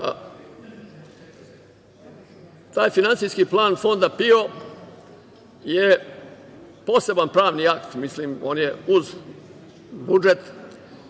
PIO.Taj finansijski plan Fonda PIO je poseban pravni akt, on je uz budžet